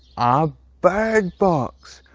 ah bird box,